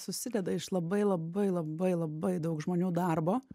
susideda iš labai labai labai labai daug žmonių darbo